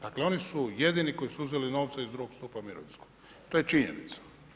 Dakle, oni su jedini koji su uzeli nove iz 2 stupa mirovinskog, to je činjenica.